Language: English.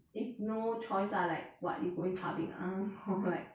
if no choice lah like what if going clubbing ah or like